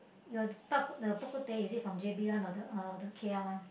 you told the Bak-kut-teh is it from J_B one or the uh K_L one